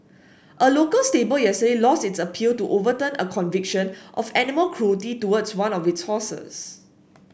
a local stable yesterday lost its appeal to overturn a conviction of animal cruelty towards one of its horses